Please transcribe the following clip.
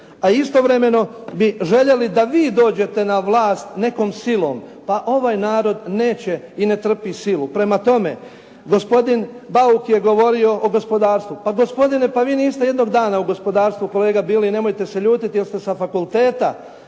A istovremeno bi željeli da vi dođete na vlast nekom silom. Pa ovaj narod neće i ne trpi silu. Prema tome, gospodin Bauk je govorio o gospodarstvu. Pa gospodine pa vi niste jednog dana u gospodarstvu kolega bili, nemojte se ljutiti jer ste sa fakulteta